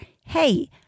hey